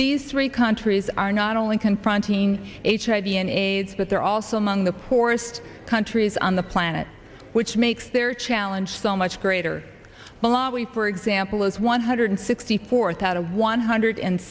these three countries are not only confronting hiv and aids but they're also among the poorest countries on the planet which makes their challenge so much greater malawi for example is one hundred sixty fourth out of one hundred and